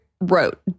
wrote